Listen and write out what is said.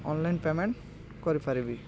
online payment କରିପାରିବି